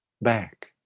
back